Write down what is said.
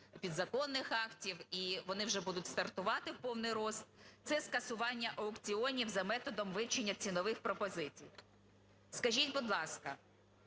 підзаконних актів, і вони вже будуть стартувати в повний ріст. Це скасування аукціонів за методом вивчення цінових пропозицій. Скажіть, будь ласка,